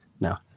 No